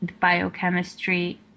biochemistry